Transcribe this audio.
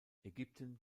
ägypten